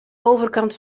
overkant